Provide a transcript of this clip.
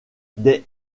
dès